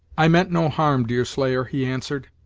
i meant no harm, deerslayer, he answered,